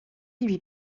lui